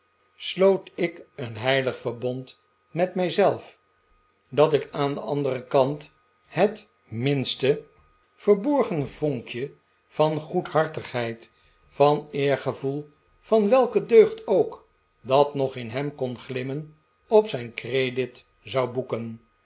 sloot ik een heilig verbond met mij zelf dat ik aan den anderen kant het minmaarten chuzzlewit ste verborgen vonkje van goedhartigheid van eergevoel van welke deugd ook dat nog in hem kon glimmen op zijn credit zou boeken